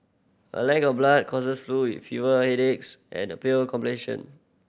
a lack of blood causes flu with fever headaches and a pale complexion